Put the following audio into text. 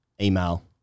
email